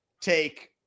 take